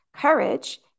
courage